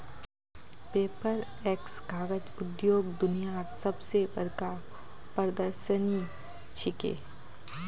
Paperex कागज उद्योगत दुनियार सब स बढ़का प्रदर्शनी छिके